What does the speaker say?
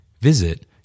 Visit